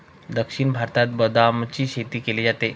दक्षिण भारतात बदामाची शेती केली जाते